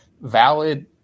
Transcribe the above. valid